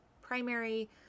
primary